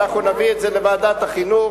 שאנחנו נביא את זה לוועדת החינוך,